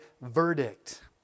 verdict